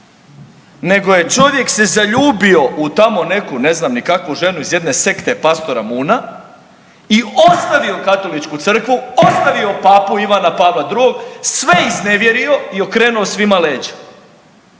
nego je čovjek se zaljubio u tamo neku ne znam ni kakvu ženu iz jedne sekte pastora Moon-a i ostavio katoličku crkvu, ostavio papu Ivana Pavla II, sve iznevjerio i okrenuo svima leđa.